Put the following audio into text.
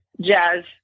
jazz